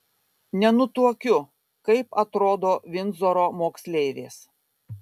nenutuokiu kaip atrodo vindzoro moksleivės